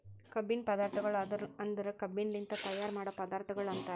ಕಬ್ಬಿನ ಪದಾರ್ಥಗೊಳ್ ಅಂದುರ್ ಕಬ್ಬಿನಲಿಂತ್ ತೈಯಾರ್ ಮಾಡೋ ಪದಾರ್ಥಗೊಳ್ ಅಂತರ್